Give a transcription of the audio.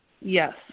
Yes